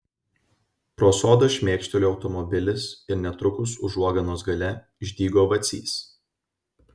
pro sodą šmėkštelėjo automobilis ir netrukus užuoganos gale išdygo vacys